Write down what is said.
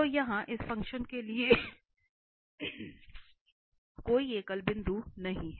तो यहाँ इस फ़ंक्शन के लिए कोई एकल बिंदु नहीं है